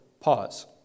pause